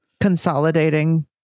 consolidating